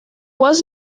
was